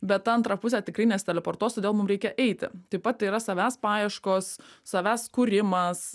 bet ta antra pusė tikrai nesiteleportuos todėl mum reikia eiti taip pat tai yra savęs paieškos savęs kūrimas